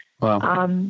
Wow